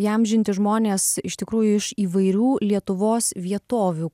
įamžinti žmonės iš tikrųjų iš įvairių lietuvos vietovių